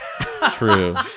True